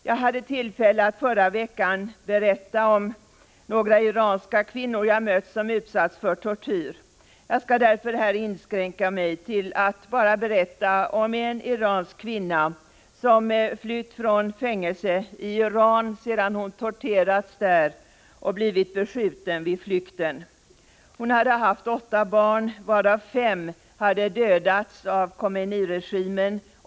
Jag hade tillfälle att i förra veckan berätta om några iranska kvinnor jag mött, som utsatts för tortyr. Jag skall därför här inskränka mig till att berätta om en iransk kvinna som flytt från fängelse i Iran sedan hon torterats där. Hon blev också beskjuten vid flykten. Hon hade haft åtta barn — därtill en sonhustru — varav fem hade dödats av Khomeini-regimen.